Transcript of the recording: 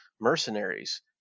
mercenaries